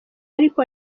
ariko